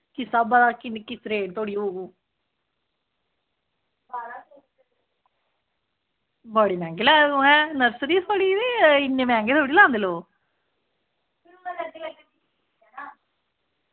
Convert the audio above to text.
इस हिसाबा दा किस रेट तक होग ओह् बड़े मैंह्गे लाए गे तुसैं नर्सरी इन्नें मैंह्गे थोह्ड़ी लांदे लोग